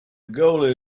goalie